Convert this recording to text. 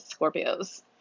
Scorpios